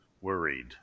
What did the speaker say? worried